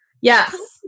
Yes